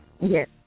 Yes